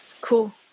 Cool